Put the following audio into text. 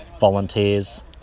volunteers